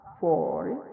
fuori